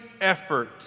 effort